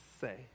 say